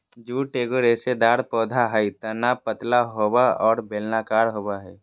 jute एगो रेशेदार पौधा हइ तना पतला और बेलनाकार होबो हइ